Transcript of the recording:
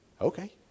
okay